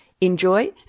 Enjoy